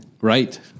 Right